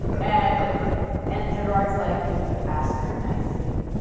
and and gerrard's like, you ask her nicely,